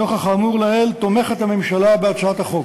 נוכח האמור לעיל, הממשלה תומכת בהצעת החוק.